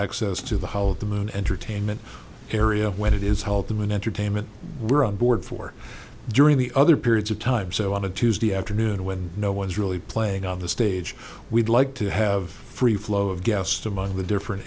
access to the whole of the moon entertainment area when it is held them in entertainment we're on board for during the other periods of time so on a tuesday afternoon when no one is really playing on the stage we'd like to have free flow of guests among the different